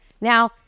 Now